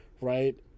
right